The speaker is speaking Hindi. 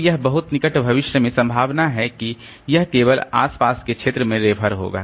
तो यह बहुत निकट भविष्य में संभावना है कि यह केवल आसपास के क्षेत्र में रेफर होगा